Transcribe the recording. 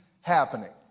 happening